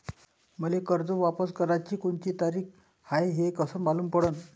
मले कर्ज वापस कराची कोनची तारीख हाय हे कस मालूम पडनं?